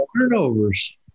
turnovers